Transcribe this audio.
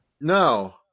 No